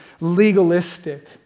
legalistic